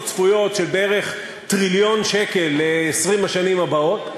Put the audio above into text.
צפויות של טריליון שקל ל-20 השנים הבאות,